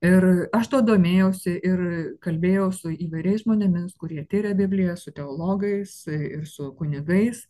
ir aš tuo domėjausi ir kalbėjau su įvairiais žmonėmis kurie tiria bibliją su teologais ir su kunigais